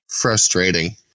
frustrating